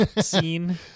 scene